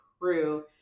prove